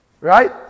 Right